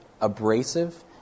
abrasive